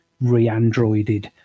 re-androided